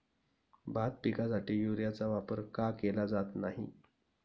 भात पिकासाठी युरियाचा वापर का केला जात नाही?